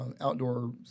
outdoor